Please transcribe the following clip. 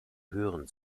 hören